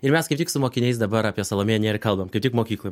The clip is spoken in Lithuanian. ir mes kaip tik su mokiniais dabar apie salomėją nėrį kalbam kaip tik mokykloj